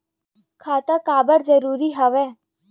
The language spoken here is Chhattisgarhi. खाता का बर जरूरी हवे?